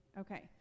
Okay